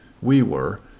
we were.